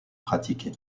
pratiquée